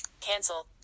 Cancel